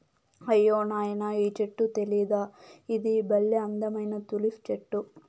అయ్యో నాయనా ఈ చెట్టు తెలీదా ఇది బల్లే అందమైన తులిప్ చెట్టు